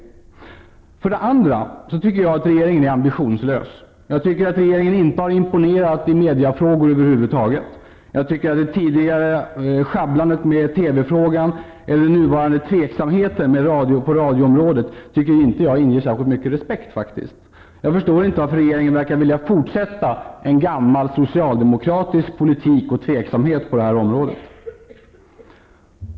För det andra: Jag tycker att regeringen är ambitionslös. Regeringen har inte imponerat i mediefrågor över huvud taget. Det tidigare sjabblandet med TV-frågan och den nuvarande tveksamheten på radioområdet inger inte särskilt mycket respekt. Jag förstår inte varför regeringen verkar vilja fortsätta en gammal socialdemokratisk politik och tveksamhet på detta område.